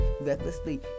recklessly